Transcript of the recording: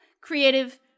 creative